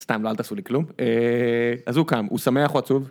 סתם, אל תעשו לי כלום, אז הוא קם, הוא שמח או עצוב?